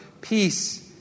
peace